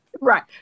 Right